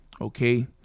okay